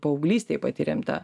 paauglystėj patyrėm tą